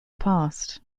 past